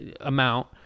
amount